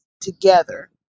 together